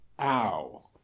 Ow